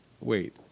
wait